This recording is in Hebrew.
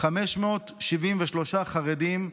573 חרדים,